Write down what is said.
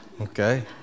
Okay